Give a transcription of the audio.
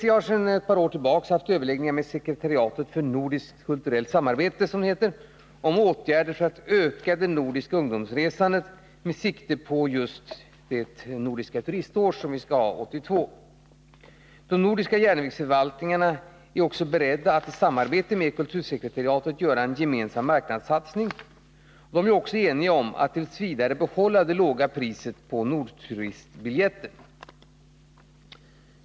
SJ har sedan ett par år tillbaka haft överläggningar med Sekretariatet för nordiskt kulturellt samarbete, som det heter, om åtgärder för att öka det nordiska ungdomsresandet med sikte på det nordiska turiståret 1982. De nordiska järnvägsförvaltningarna är beredda att i samarbete med kultursekretariatet göra en gemensam marknadssatsning. De är också eniga om att t. v. behålla det låga priset på Nordturistbiljetten.